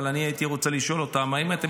אבל הייתי רוצה לשאול אותם: האם אתם